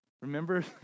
Remember